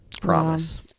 Promise